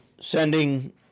sending